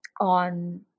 on